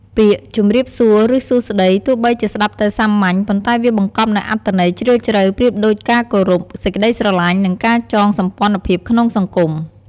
ពាក្យ “ជម្រាបសួរ” ឬ “សួស្តី” ទោះបីជាស្ដាប់ទៅសាមញ្ញ ប៉ុន្តែវាបង្កប់នូវអត្ថន័យជ្រាលជ្រៅប្រៀបដូចការគោរព សេចក្តីស្រឡាញ់ និងការចងសម្ព័ន្ធភាពក្នុងសង្គម។